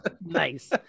Nice